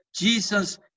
Jesus